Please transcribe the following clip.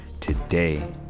Today